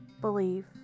believe